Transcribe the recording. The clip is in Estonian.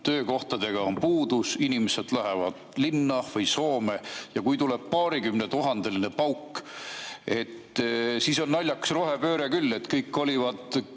töökohtadest on puudus, inimesed lähevad linna või Soome. Ja kui tuleb paarikümnetuhandeline pauk, siis on naljakas rohepööre küll. Kõik kolivad